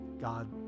God